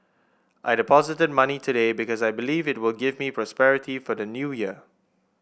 I deposited money today because I believe it will give me prosperity for the New Year